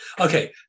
okay